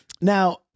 now